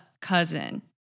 cousin